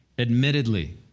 Admittedly